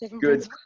Good